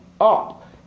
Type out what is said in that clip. up